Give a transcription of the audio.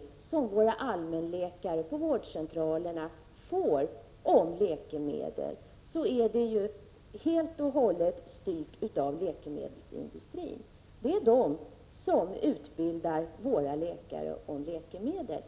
om läkemedel som våra allmänläkare på vårdcentralerna får i dag är helt och hållet styrd av läkemedelsindustrin. Det är läkemedelsindustrin som utbildar våra läkare om läkemedel.